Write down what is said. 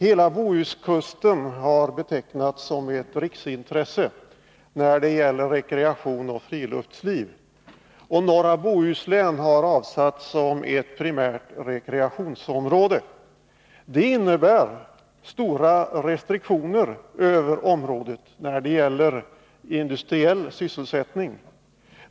Hela Bohuskusten har betecknats som ett riksintresse när det gäller rekreation och friluftsliv, och norra Bohuslän har avsatts som ett primärt rekreationsområde. Det innebär stora restriktioner för området vad beträffar industrisysselsättning.